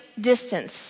distance